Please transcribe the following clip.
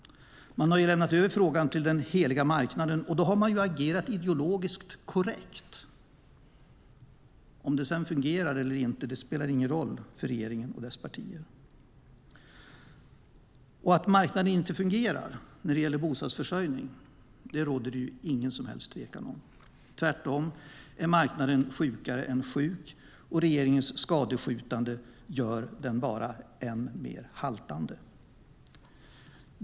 Man har ju lämnat över frågan till den heliga marknaden, och då har man agerat ideologiskt korrekt. Om det sedan fungerar eller inte spelar ingen roll för regeringen och dess partier. Att marknaden inte fungerar när det gäller bostadsförsörjning råder det ingen som helst tvekan om. Tvärtom är marknaden sjukare än sjuk, och regeringens skadeskjutande gör den bara än mer haltande.